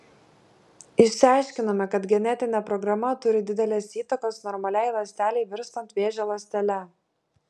išsiaiškinome kad genetinė programa turi didelės įtakos normaliai ląstelei virstant vėžio ląstele